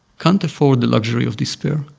can't afford the luxury of despair.